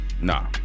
nah